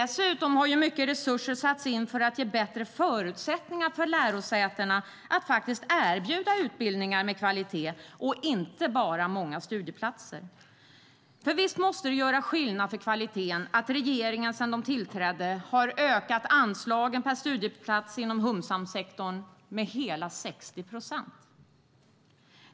Dessutom har mycket resurser satts in för att ge bättre förutsättningar för lärosätena att faktiskt erbjuda utbildningar med kvalitet och inte bara många studieplatser. Visst måste det göra skillnad för kvaliteten att regeringen sedan den tillträdde har ökat anslagen per studieplats inom humsamsektorn med hela 60 procent.